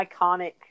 iconic